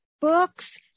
Books